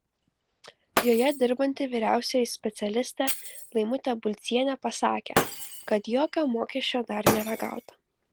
joje dirbanti vyriausioji specialistė laimutė bulcienė pasakė kad jokio mokesčio dar nėra gauta